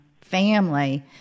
family